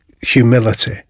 humility